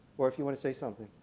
or if you want to say something.